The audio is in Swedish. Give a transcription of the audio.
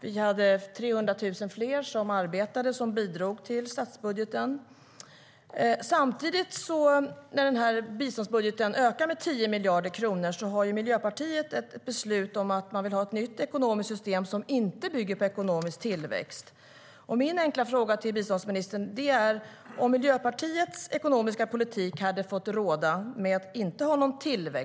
Vi hade 300 000 fler som arbetade och som bidrog till statsbudgeten. Samtidigt som biståndsbudgeten ökar med 10 miljarder kronor har Miljöpartiet ett beslut om att man vill ha ett nytt ekonomiskt system som inte bygger på ekonomisk tillväxt. Min enkla fråga till biståndsministern gäller Miljöpartiets ekonomiska politik, som innebär att inte ha någon tillväxt.